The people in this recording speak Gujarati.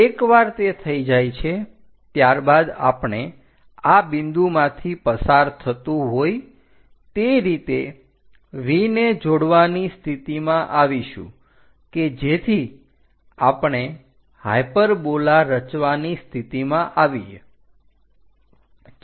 એકવાર તે થઈ જાય છે ત્યારબાદ આપણે આ બિંદુમાંથી પસાર થતું હોય તે રીતે V ને જોડવાની સ્થિતિમાં આવીશું કે જેથી આપણે હાયપરબોલા રચવાની સ્થિતિમાં આવીએ